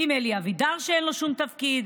עם אלי אבידר שאין לו שום תפקיד,